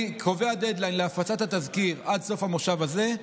אני קובע דדליין להפצת התזכיר עד סוף המושב הזה.